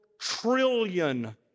trillion